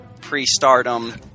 Pre-Stardom